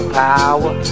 power